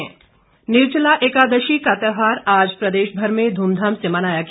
निर्जला एकादशी निर्जला एकादशी का त्यौहार आज प्रदेशभर में धूमधाम से मनाया गया